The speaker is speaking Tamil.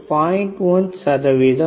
1 சதவீதம்